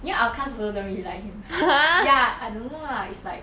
you know our class also don't really like him ya I don't know ah it's like